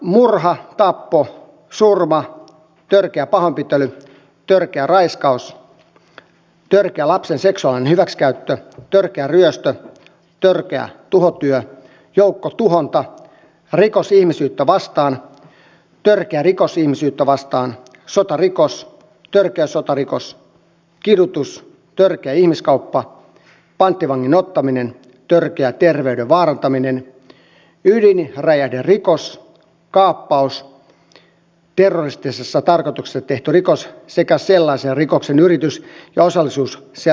murha tappo surma törkeä pahoinpitely törkeä raiskaus törkeä lapsen seksuaalinen hyväksikäyttö törkeä ryöstö törkeä tuhotyö joukkotuhonta rikos ihmisyyttä vastaan törkeä rikos ihmisyyttä vastaan sotarikos törkeä sotarikos kidutus törkeä ihmiskauppa panttivangin ottaminen törkeä terveyden vaarantaminen ydinräjähderikos kaappaus terroristisessa tarkoituksessa tehty rikos sekä sellaisen rikoksen yritys ja osallisuus sellaiseen rikokseen